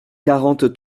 quarante